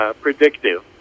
Predictive